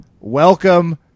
Welcome